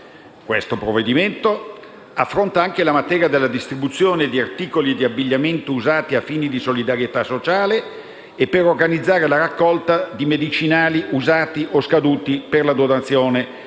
Questo provvedimento affronta anche la materia della distribuzione di articoli di abbigliamento usati a fini di solidarietà sociale e per organizzare la raccolta di medicinali usati o scaduti per la donazione o